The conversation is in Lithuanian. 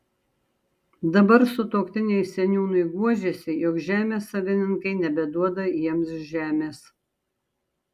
dabar sutuoktiniai seniūnui guodžiasi jog žemės savininkai nebeduoda jiems žemės